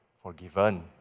forgiven